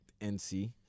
NC